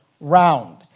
round